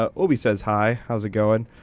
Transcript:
ah obie says hi, how's it going?